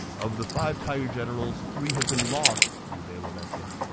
of the five tiger generals, three have been lost, liu bei lamented.